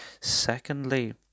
Secondly